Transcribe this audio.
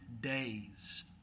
days